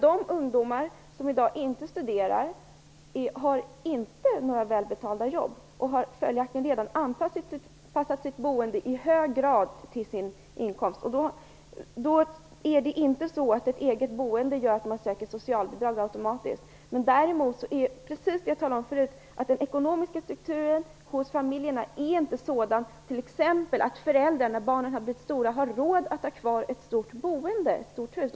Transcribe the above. De ungdomar som i dag inte studerar har inte några välbetalda jobb och har följaktligen redan i hög grad anpassat sitt boende till sin inkomst. Det är inte så att ett eget boende gör att man automatiskt söker socialbidrag. Däremot är den ekonomiska strukturen, precis som jag sade tidigare, inte sådan att t.ex. föräldrarna när barnen har blivit stora har råd att ha kvar ett boende på stora ytor eller ett stort hus.